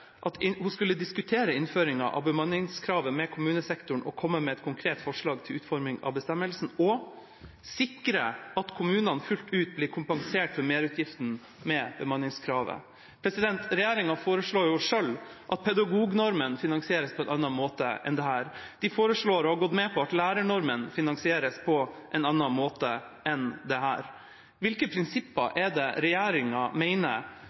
at hun skulle diskutere innføringen av bemanningskravet med kommunesektoren og komme med et konkret forslag til utforming av bestemmelsen og sikre at kommunene fullt ut skulle bli kompensert for merutgiftene med bemanningskravet. Regjeringa foreslår at pedagognormen finansieres på en annen måte enn dette. De foreslår og har gått med på at lærernormen finansieres på en annen måte enn dette. Hvilke prinsipper er det regjeringa mener